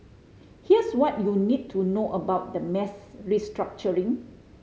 here's what you need to know about the mass restructuring